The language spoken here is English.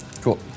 Cool